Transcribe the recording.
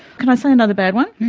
can i say another bad one?